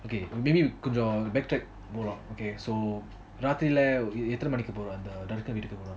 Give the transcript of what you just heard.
okay maybe கொஞ்சம்:konjam backtrack போலாம்:polam okay so ராத்திரில எத்தனை மணிகி போற அந்த வீட்டுக்கு:rathirila eathana maniki pora antha veetuku